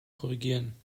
korrigieren